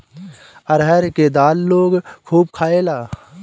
अरहर के दाल लोग खूब खायेला